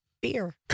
beer